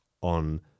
on